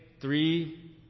three